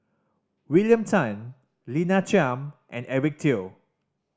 William Tan Lina Chiam and Eric Teo